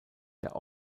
der